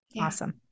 Awesome